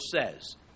says